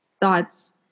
thoughts